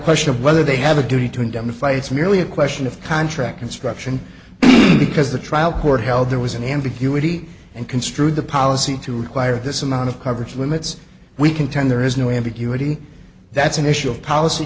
question of whether they have a duty to indemnify it's merely a question of contract construction because the trial court held there was an ambiguity and construed the policy to require this amount of coverage limits we contend there is no ambiguity that's an issue of policy